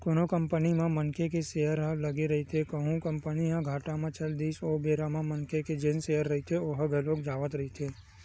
कोनो कंपनी म मनखे के सेयर ह लगे रहिथे कहूं कंपनी ह घाटा म चल दिस ओ बेरा म मनखे के जेन सेयर रहिथे ओहा घलोक जावत रहिथे